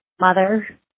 mother